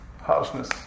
harshness